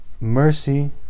mercy